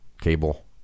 Cable